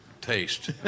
taste